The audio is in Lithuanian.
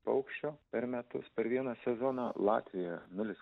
paukščio per metus per vieną sezoną latvijoje nulis